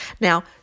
Now